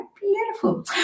Beautiful